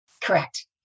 Correct